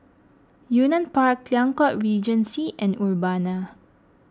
Yunnan Park Liang Court Regency and Urbana